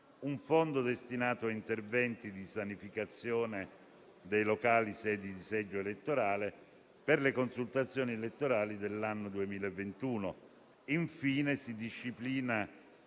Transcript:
un fondo destinato a interventi di sanificazione dei locali sedi di seggio elettorale per le consultazioni elettorali dell'anno 2021. Infine, si disciplina